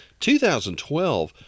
2012